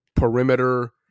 Perimeter